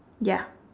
ya